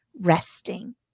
resting